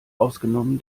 ausgenommen